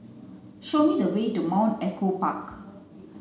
show me the way to Mount Echo Park